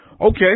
Okay